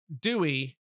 dewey